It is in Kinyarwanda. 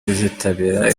bizitabira